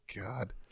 God